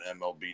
MLB